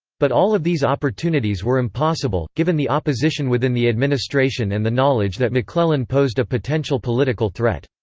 but all of these opportunities were impossible, given the opposition within the administration and the knowledge that mcclellan posed a potential political threat.